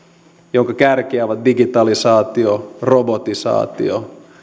jonka kärkiä ovat digitalisaatio robotisaatio